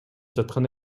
жаткан